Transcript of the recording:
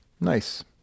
nice